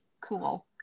Cool